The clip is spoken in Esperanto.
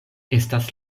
estas